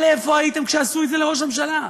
אבל איפה הייתם כשעשו את זה לראש הממשלה?